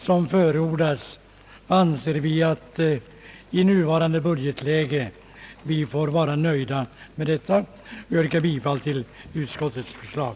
Vi anser därför att man i nuvarande budgetläge får nöja sig med detta. Herr talman! Jag yrkar bifall till utskottets förslag.